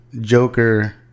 Joker